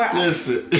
listen